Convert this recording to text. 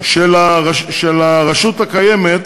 של הרשות הקיימת